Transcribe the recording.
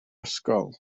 ysgol